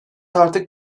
artık